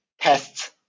tests